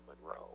Monroe